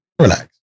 Relax